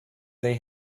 they